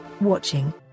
watching